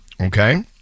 Okay